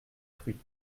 fruits